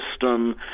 system